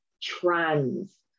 trans